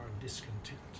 discontent